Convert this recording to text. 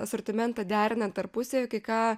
asortimentą derinant tarpusavy kai ką